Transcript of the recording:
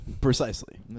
Precisely